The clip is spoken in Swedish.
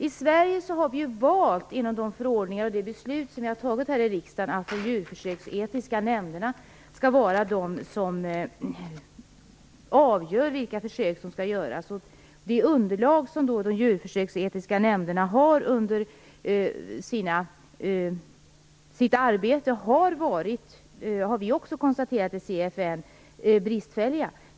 I Sverige har vi valt att i förordningar och i de beslut som fattats här i riksdagen bestämma att de djurförsöksetiska nämnderna skall vara den instans som avgör vilka försök som skall göras. Det underlag som de djurförsöksetiska nämnderna haft för sitt arbete har, som vi också har konstaterat i CFN, varit bristfälligt.